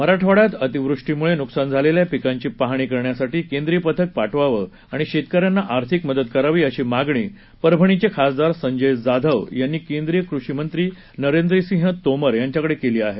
मराठवाड़यात अतिवृष्टीमुळे नुकसान झालेल्या पिकांची पाहणी करण्यासाठी केंद्रीय पथक पाठवावं आणि शेतकऱ्यांना आर्थिक मदत करावी अशी मागणी परभणीचे खासदार संजय जाधव यांनी केंद्रीय कृषी मंत्री नरेंद्र सिंह तोमर यांच्याकडे केली आहे